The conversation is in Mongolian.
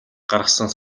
гаргасан